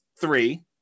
three